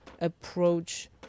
approach